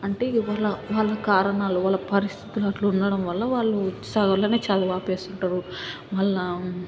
అంటే ఎవ్వరి వాళ్ళ కారణాలు వాళ్ళ పరిస్థితులు అట్లుండటం వల్ల వాళ్ళు సగంలోనే చదువు ఆపేస్తుంటారు మళ్ళీ